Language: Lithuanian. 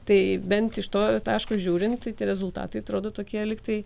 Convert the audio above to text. tai bent iš to taško žiūrint tie rezultatai atrodo tokie lyg tai